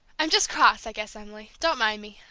i'm just cross, i guess, emily don't mind me!